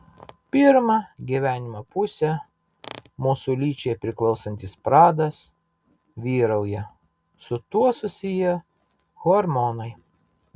pirmą gyvenimo pusę mūsų lyčiai priklausantis pradas vyrauja su tuo susiję hormonai